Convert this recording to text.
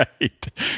Right